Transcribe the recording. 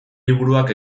liburuak